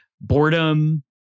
boredom